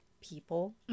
people